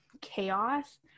chaos